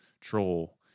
Troll